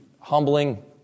humbling